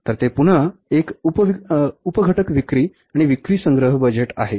तर ते पुन्हा एक उप घटक विक्री आणि विक्री संग्रह बजेट आहे